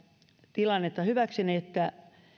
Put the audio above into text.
tilannetta hyväkseni että